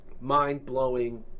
mind-blowing